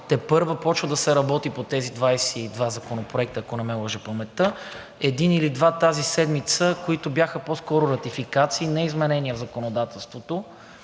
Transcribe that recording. тепърва започва да се работи по тези 22 законопроекта, ако не ме лъже паметта, един или два тази седмица, които бяха по-скоро ратификации – не изменения в законодателството,